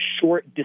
short